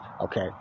Okay